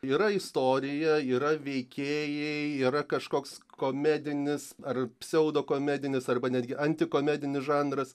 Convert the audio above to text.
yra istorija yra veikėjai yra kažkoks komedinis ar pseudo komedinis arba netgi antikomedinis žanras